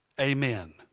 Amen